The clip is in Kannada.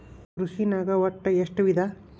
ಕೃಷಿನಾಗ್ ಒಟ್ಟ ಎಷ್ಟ ವಿಧ?